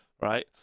right